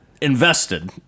invested